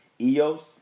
EOS